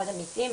מאוד אמיתי,